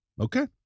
Okay